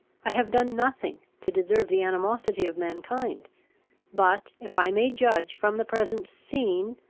i have done nothing to deserve the animosity of mankind but, if i may judge from the present scene,